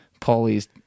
Paulie's